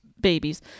babies